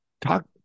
Talk